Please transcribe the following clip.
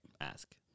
Ask